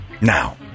Now